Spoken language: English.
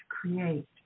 create